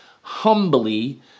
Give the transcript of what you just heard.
humbly